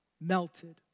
melted